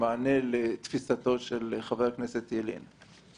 במענה לתפישתו של חבר הכנסת ילין.